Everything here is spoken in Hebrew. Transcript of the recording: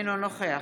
אינו נוכח